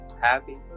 Happy